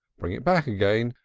bring it back again,